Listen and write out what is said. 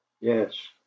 yes